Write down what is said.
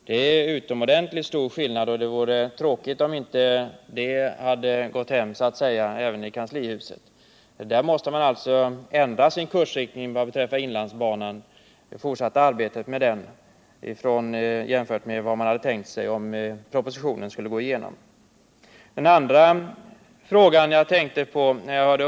Det är en utomordentligt stor skillnad, och det vore tråkigt om det inte har ”gått hem” i kanslihuset. Där måste man nu ha en annan kursriktning i det fortsatta arbetet med inlandsbanan än den man skulle ha haft om propositionens förslag hade gått igenom. Den andra frågan gäller transportforskningen.